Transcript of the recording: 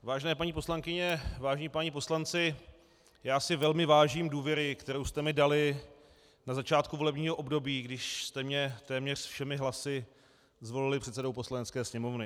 Vážené paní poslankyně, vážení páni poslanci, já si velmi vážím důvěry, kterou jste mi dali na začátku volebního období, když jste mě téměř všemi hlasy zvolili předsedou Poslanecké sněmovny.